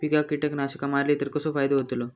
पिकांक कीटकनाशका मारली तर कसो फायदो होतलो?